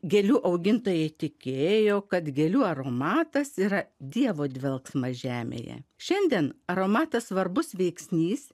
gėlių augintojai tikėjo kad gėlių aromatas yra dievo dvelksmas žemėje šiandien aromatas svarbus veiksnys